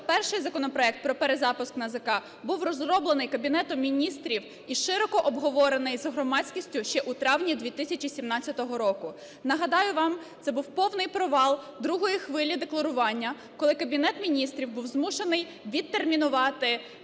перший законопроект про перезапуск НАЗК був розроблений Кабінетом Міністрів і широко обговорений з громадськістю ще у травні 2017 року. Нагадаю вам, це був повний провал другої хвилі декларування, коли Кабінет Міністрів був змушений відтермінувати